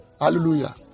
Hallelujah